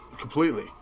Completely